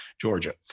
Georgia